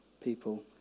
people